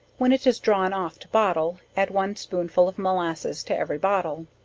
when it is drawn off to bottle, add one spoonful of molasses to every bottle.